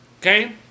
okay